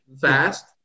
Fast